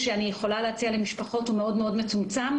הקרנות ודברים שמשפיעים על החולה,